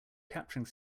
capturing